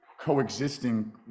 coexisting